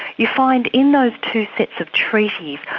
you find in those two sets of treaties,